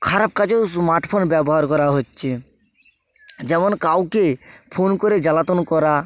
খারাপ কাজেও স্মার্টফোন ব্যবহার করা হচ্ছে যেমন কাউকে ফোন করে জ্বালাতন করা